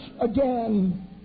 again